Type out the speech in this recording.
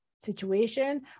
situation